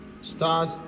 Stars